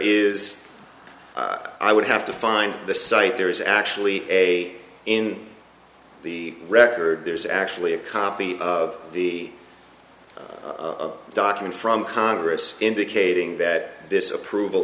is i would have to find the site there is actually a in the record there's actually a copy of the document from congress indicating that this approval